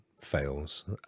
fails